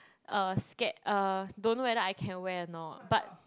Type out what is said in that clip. uh scared uh don't know whether I can wear or not but